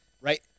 right